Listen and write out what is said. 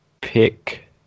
Pick